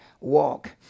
walk